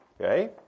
Okay